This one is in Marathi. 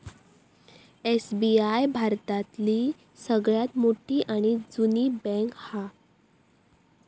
एस.बी.आय भारतातली सगळ्यात मोठी आणि जुनी बॅन्क हा